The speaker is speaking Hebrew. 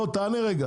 תענה רגע,